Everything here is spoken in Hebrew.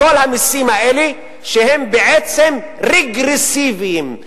כל המסים האלה שהם בעצם רגרסיבים,